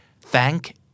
Thank